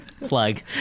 Plug